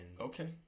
okay